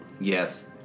Yes